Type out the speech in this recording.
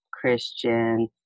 Christian